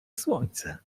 słońce